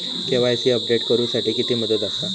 KYC update करू साठी किती मुदत आसा?